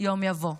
יום יבוא,